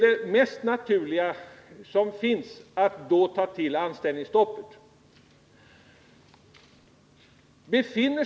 Det naturliga för dem är att då ta till anställningsstoppet.